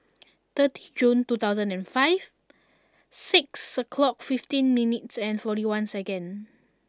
thirty Jun two thousand and five six o'clock fifteen minutes forty one seconds